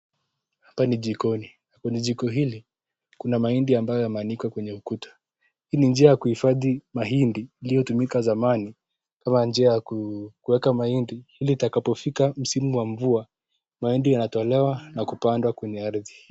hapa ni jikoni kwenye jiko hili, kuna mahindi ambayo yameanikwa kwenye ukuta hii ni njia ya kuhifadhi mahindi iliyotumika zamani kama njia ya kuweka mahindi iliitakapofika msimu wa mvia mahindi inatolewa na kupanda kwenye ardhi.